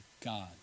God